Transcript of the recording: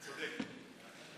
צודק.